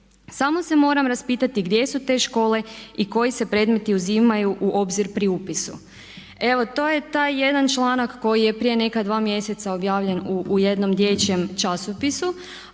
Samo se moram raspitati gdje su te škole i koji se predmeti uzimaju u obzir pri upisu. Evo to je taj jedan članak koji je prije neka dva mjeseca objavljen u jednom dječjem časopisu.